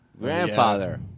grandfather